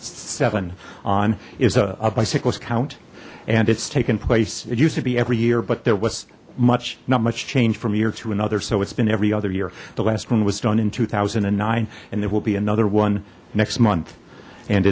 seven on is a bicyclist count and it's taken place it used to be every year but there was much not much change from year to another so it's been every other year the last one was done in two thousand and nine and there will be another one next month and